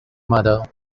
mother